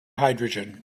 hydrogen